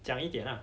讲一点啦